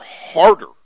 harder